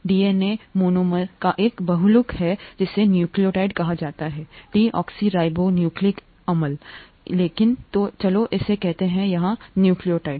DNA monomer का एक बहुलक है जिसे न्यूक्लियोटाइड कहा जाता हैडिऑक्सीराइबोन्यूक्लिक अम्ललेकिन चलो इसे कहते हैं यहाँ न्यूक्लियोटाइड